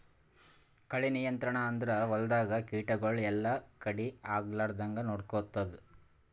ಕಳೆ ನಿಯಂತ್ರಣ ಅಂದುರ್ ಹೊಲ್ದಾಗ ಕೀಟಗೊಳ್ ಎಲ್ಲಾ ಕಡಿ ಆಗ್ಲಾರ್ದಂಗ್ ನೊಡ್ಕೊತ್ತುದ್